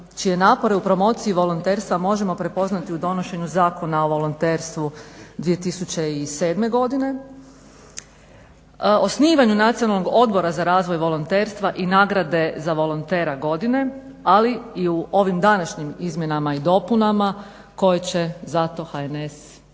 čije napore u promociji volonterstva možemo prepoznati u donošenju Zakona o volonterstvu 2007. godine, osnivanju Nacionalnog odbora za razvoj volonterstva i nagrade za volontera godine, ali i u ovim današnjim izmjenama i dopunama koje će zato klub